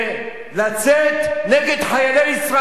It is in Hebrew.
ולצאת נגד חיילי ישראל.